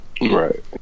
right